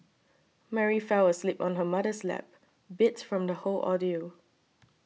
Mary fell asleep on her mother's lap beat from the whole ordeal